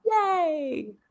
Yay